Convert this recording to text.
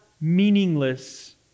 meaningless